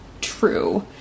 true